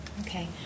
Okay